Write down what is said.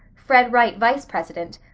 fred wright vice-president,